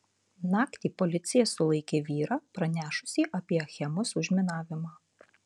naktį policija sulaikė vyrą pranešusį apie achemos užminavimą